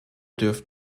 dürften